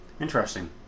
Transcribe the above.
Interesting